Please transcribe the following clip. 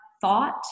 thought